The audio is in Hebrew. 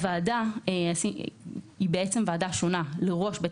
הוועדה היא בעצם ועדה שונה לראש בית